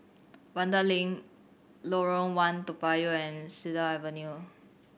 Vanda Link Lorong One Toa Payoh and Cedar Avenue